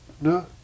No